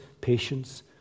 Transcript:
patience